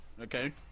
Okay